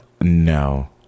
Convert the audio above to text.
No